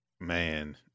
man